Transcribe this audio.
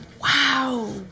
Wow